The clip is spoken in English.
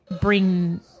bring